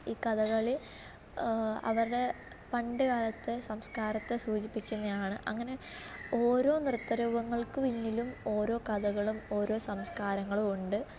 ഈ കഥകളി അവരുടെ പണ്ടുകാലത്തെ സംസ്കാരത്തെ സൂചിപ്പിക്കുന്നതാണ് അങ്ങനെ ഓരോ നൃത്തരൂപങ്ങൾക്കു പിന്നിലും ഓരോ കഥകളും ഓരോ സംസ്കാരങ്ങളുമുണ്ട്